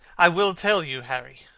i will tell you, harry,